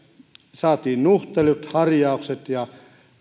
saimme nuhtelut harjaukset ja